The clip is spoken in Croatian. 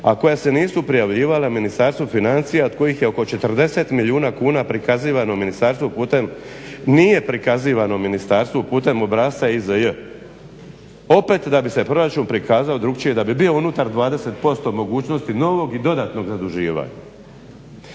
a koja se nisu prijavljivala Ministarstvu financija od kojih je oko 40 milijuna kuna prikazivano ministarstvu nije prikazivano ministarstvu putem obrasca IZJ, opet da bi se proračun prikazao drugačije da bi bio unutar 20% mogućnosti novog i dodatno zaduživanja.